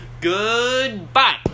Goodbye